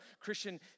Christian